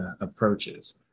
approaches